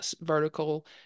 vertical